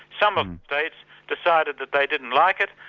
some of the states decided that they didn't like it,